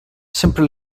sempre